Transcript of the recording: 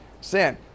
San